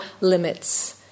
limits